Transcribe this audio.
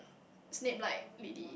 Snape like ready